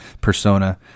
persona